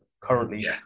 currently